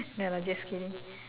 no lah just kidding